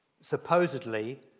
supposedly